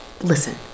Listen